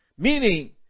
Meaning